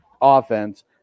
offense